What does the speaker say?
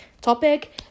topic